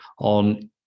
on